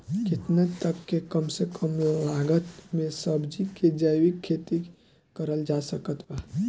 केतना तक के कम से कम लागत मे सब्जी के जैविक खेती करल जा सकत बा?